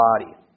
body